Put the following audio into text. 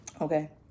Okay